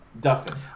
Dustin